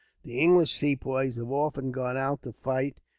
the english sepoys have often gone out to fight,